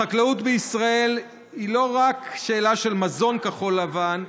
החקלאות בישראל היא לא רק שאלה של מזון כחול לבן,